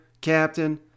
captain